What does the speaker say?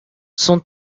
son